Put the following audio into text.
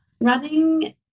running